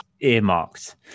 earmarked